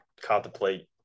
contemplate